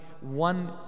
One